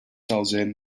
themselves